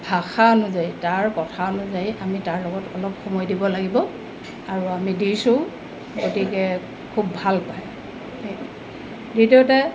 ভাষা অনুযায়ী তাৰ কথা অনুযায়ী আমি তাৰ লগত অলপ সময় দিব লাগিব আৰু আমি দিছোঁও গতিকে খুব ভাল পায় সেই দ্বিতীয়তে